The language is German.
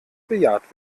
bejaht